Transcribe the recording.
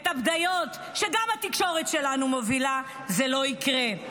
את הבדיות שגם התקשורת שלנו מובילה, זה לא יקרה.